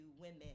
women